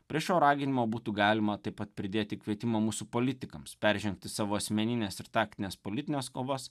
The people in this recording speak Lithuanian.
prie šio raginimo būtų galima taip pat pridėti kvietimą mūsų politikams peržengti savo asmenines ir taktines politines kovas